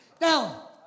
Now